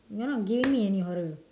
you are not giving me any horror